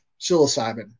psilocybin